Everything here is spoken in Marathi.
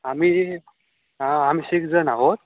आम्ही हां आम्ही सिकजण आहोत